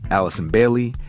allison bailey,